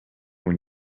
when